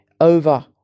over